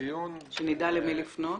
שנדע למי לפנות.